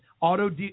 Auto